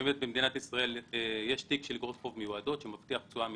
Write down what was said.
שבמדינת ישראל יש תיק של אגרות חוב מיועדות שמבטיח תשואה מינימאלית.